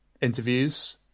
interviews